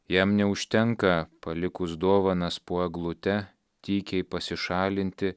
jam neužtenka palikus dovanas po eglute tykiai pasišalinti